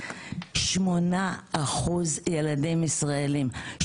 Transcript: שמונה אחוז ילדים ישראלים,